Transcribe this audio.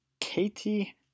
Katie